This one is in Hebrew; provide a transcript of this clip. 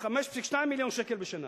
5.2 מיליון שקל בשנה.